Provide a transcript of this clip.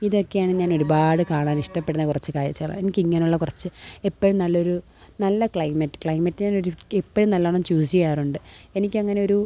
ഇതൊക്കെയാണ് ഞാനൊരുപാട് കാണാനിഷ്ടപ്പെടുന്ന കുറച്ച് കാഴ്ചകൾ എനിക്കിങ്ങനെയുള്ള കുറച്ച് എപ്പോഴും നല്ലൊരു നല്ല ക്ലൈമറ്റ് ക്ലൈമറ്റ് ഞാനൊരു എപ്പോഴും നല്ലോണം ചൂസ് ചെയ്യാറുണ്ട് എനിക്കങ്ങനെ ഒരു